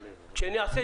למה אתם לא מוציאים